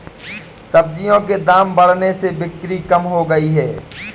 सब्जियों के दाम बढ़ने से बिक्री कम हो गयी है